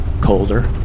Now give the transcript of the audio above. colder